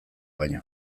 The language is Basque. baino